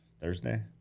Thursday